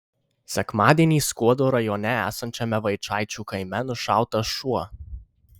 sekmadienį skuodo rajone esančiame vaičaičių kaime nušautas šuo